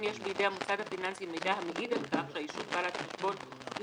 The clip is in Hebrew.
אם יש בידי המוסד הפיננסי מידע המעיד על כך שהישות בעלת החשבון היא